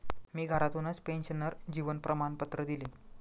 मी घरातूनच पेन्शनर जीवन प्रमाणपत्र दिले